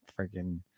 freaking